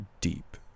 deep